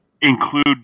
include